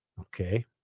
Okay